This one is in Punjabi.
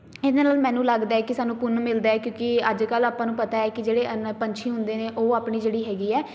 ਇਹਦੇ ਨਾਲ ਮੈਨੂੰ ਲੱਗਦਾ ਕਿ ਸਾਨੂੰ ਪੁੰਨ ਮਿਲਦਾ ਕਿਉਂਕਿ ਅੱਜ ਕੱਲ੍ਹ ਆਪਾਂ ਨੂੰ ਪਤਾ ਹੈ ਕਿ ਜਿਹੜੇ ਨ ਪੰਛੀ ਹੁੰਦੇ ਨੇ ਉਹ ਆਪਣੀ ਜਿਹੜੀ ਹੈਗੀ ਹੈ